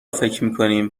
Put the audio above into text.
فکرمیکنیم